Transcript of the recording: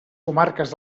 comarques